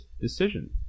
decision